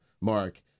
mark